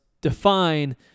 define